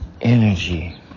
energy